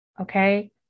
Okay